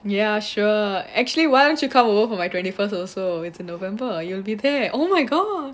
ya sure actually why don't you come over my twenty first also it's in november you'll be there oh my god